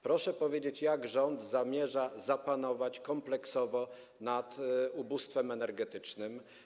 Proszę powiedzieć, jak rząd zamierza zapanować kompleksowo nad ubóstwem energetycznym.